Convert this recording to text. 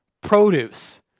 produce